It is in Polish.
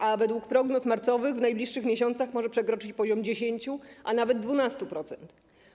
A według prognoz marcowych w najbliższych miesiącach może przekroczyć poziom 10, a nawet 12%.